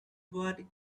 what